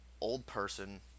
old-person